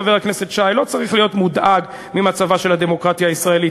חבר הכנסת שי: לא צריך להיות מודאג ממצבה של הדמוקרטיה הישראלית.